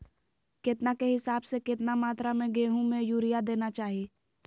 केतना के हिसाब से, कितना मात्रा में गेहूं में यूरिया देना चाही?